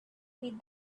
with